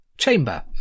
chamber